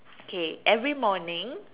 okay every morning